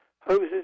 hoses